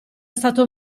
stato